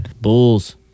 Bulls